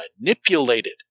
manipulated